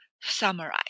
summarize